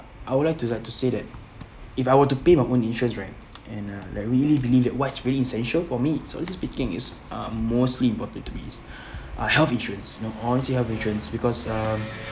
I would like to like to say that if I were to pay my own insurance right and uh like really believe that what's really essential for me so honestly speaking is um mostly important to me is are health insurance know I want to have insurance because um